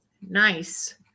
Nice